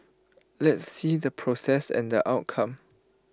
let's see the process and the outcome